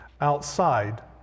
outside